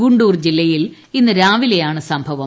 ഗുണ്ടൂർ ജില്ലയിൽ ഇന്ന് രാവിലെയാണ് സംഭവം